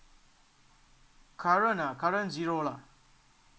current ah current zero lah